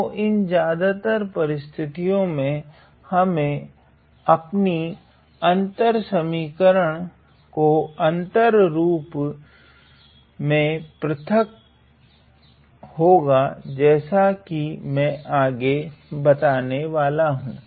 तो इन ज्यादातर परिस्थितियो में हमे अपनी समीकरणों को अंतर रूप में पृथक होगा जेसा की मैं आगे बताने वाला हूँ